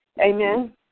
Amen